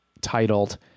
titled